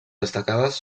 destacades